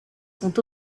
sont